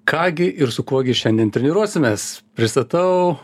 ką gi ir su kuo gi šiandien treniruosimės pristatau